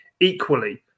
Equally